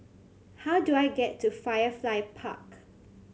how do I get to Firefly Park